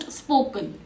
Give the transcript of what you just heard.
spoken